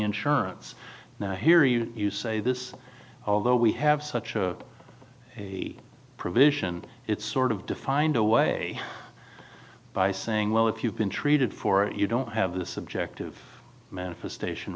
insurance here you you say this although we have such a provision it's sort of defined a way by saying well if you've been treated for it you don't have the subjective manifestation